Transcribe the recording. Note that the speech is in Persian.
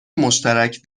مشترک